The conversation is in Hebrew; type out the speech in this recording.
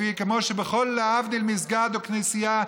כמו שבכל מסגד או כנסייה,